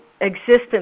existence